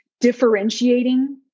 differentiating